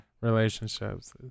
relationships